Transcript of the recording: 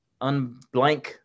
unblank